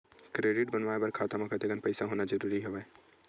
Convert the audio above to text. Credit बनवाय बर खाता म कतेकन पईसा होना जरूरी हवय?